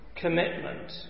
Commitment